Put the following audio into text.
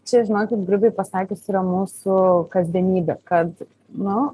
čia žinokit grubiai pasakius yra mūsų kasdienybė kad nu